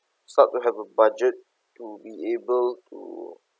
start to have a budget to be able to